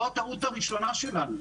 זאת הטעות הראשונה שלנו,